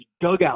dugout